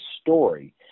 story